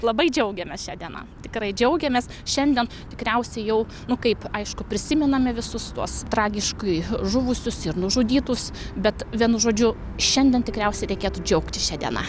labai džiaugiamės šia diena tikrai džiaugiamės šiandien tikriausiai jau nu kaip aišku prisimename visus tuos tragiškai žuvusius ir nužudytus bet vienu žodžiu šiandien tikriausiai reikėtų džiaugtis šia diena